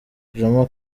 jomo